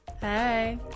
Hey